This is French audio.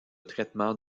traitement